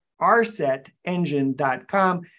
rsetengine.com